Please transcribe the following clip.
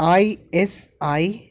I S I